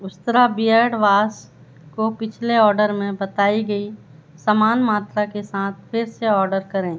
उस्तरा beard wash को पिछले order में बताई गई समान मात्रा के साथ फिर से ऑर्डर करें